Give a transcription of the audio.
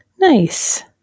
Nice